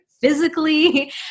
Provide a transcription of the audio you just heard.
physically